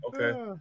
Okay